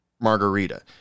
margarita